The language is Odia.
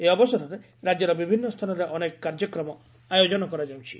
ଏହି ଅବସରରେ ରାକ୍ୟର ବିଭିନ୍ନ ସ୍ଥାନରେ ଅନେକ କାର୍ଯ୍ୟକ୍ରମ ଆୟୋଜନ କରାଯାଉଛି